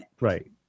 Right